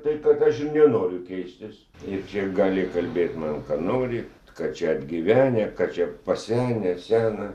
tai kad aš ir nenoriu keistis ir čia gali kalbėti man ką nori kad čia atgyvenę kad čia pasenę sena